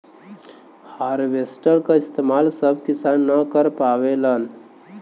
harvester क इस्तेमाल सब किसान न कर पावेलन